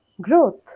growth